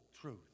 truth